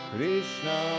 Krishna